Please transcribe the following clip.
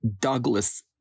Douglas